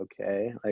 okay